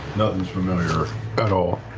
nothing's familiar at all?